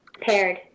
Paired